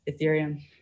Ethereum